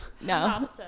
no